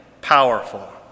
powerful